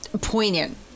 poignant